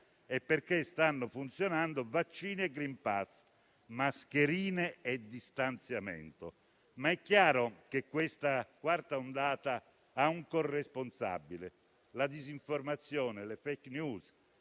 è perché stanno funzionando vaccino e *green pass*, mascherine e distanziamento. Tuttavia, è chiaro che questa quarta ondata ha un corresponsabile: la disinformazione, le *fake news*